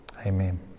Amen